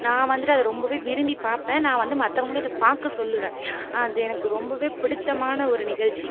நான் வந்துட்டு அதை ரொம்பவே விரும்பி பார்ப்பேன் நான் வந்து மற்றவங்கள இதை பார்க்க சொல்லுவேன் அது எனக்கு ரொம்பவே பிடித்தமான ஒரு நிகழ்ச்சி